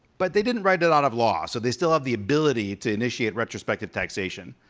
but they didn't write it out of law, so they still have the ability to initiate retrospective taxation.